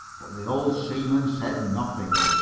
but the old seaman said nothing,